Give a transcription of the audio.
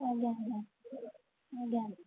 ଆଜ୍ଞା ଆଜ୍ଞା ଆଜ୍ଞା